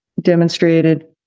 demonstrated